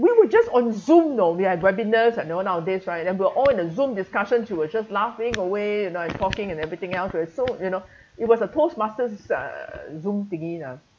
we were just on zoom you know we had webinar you know nowadays right then we were all in a zoom discussions we were just laughing away and I talking and everything else so you know it was a toastmaster uh zoom thingy